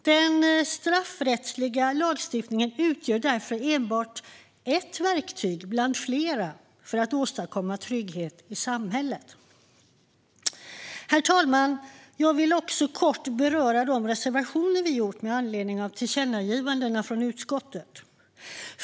Den straffrättsliga lagstiftningen utgör därför enbart ett verktyg bland flera för att åstadkomma trygghet i samhället. Ett stärkt straffrättsligt skydd för blåljus-verksamhet och myndighetsutövning Herr talman! Jag vill också kort beröra de reservationer vi har med anledning av tillkännagivandena från utskottet.